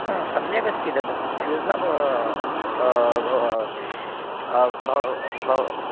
हा सम्यक् अस्ति तद् फ़्यूस् न भवान् भव भवति